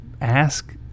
ask